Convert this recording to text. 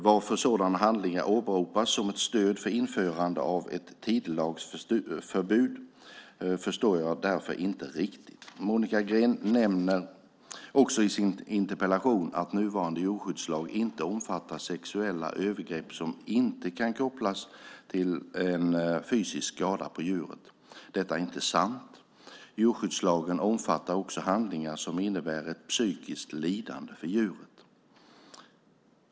Varför sådana handlingar åberopas som ett stöd för införandet av ett tidelagsförbud förstår jag därför inte riktigt. Monica Green nämner också i sin interpellation att nuvarande djurskyddslag inte omfattar sexuella övergrepp som inte kan kopplas till en fysisk skada på djuret. Detta är inte sant. Djurskyddslagen omfattar också handlingar som innebär ett psykiskt lidande för djuret.